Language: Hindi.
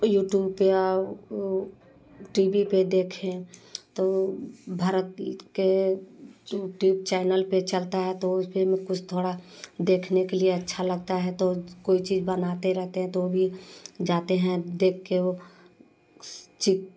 यूट्यूब या टी वी पर देखे तो भारत के यूट्यूब चैनल पर चलता है तो उसमें हम कुछ थोड़ा देखने के लिए अच्छा लगता है तो कोई चीज़ बनाते रहते हैं तो भी जाते हैं देख कर वह चीज़